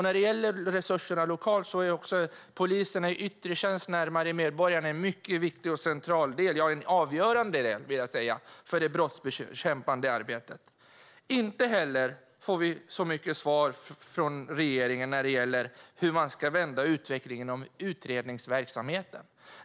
När det gäller resurser lokalt är poliser i yttre tjänst nära medborgarna en mycket viktig, central och avgörande del i det brottsbekämpande arbetet. Inte heller får vi så mycket svar från regeringen om hur utvecklingen ska vändas i utredningsverksamheten.